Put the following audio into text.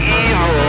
evil